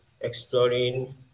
exploring